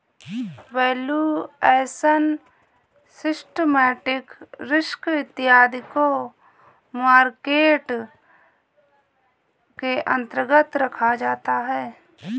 valuation, systematic risk इत्यादि को market के अंतर्गत रखा जाता है